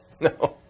No